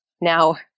now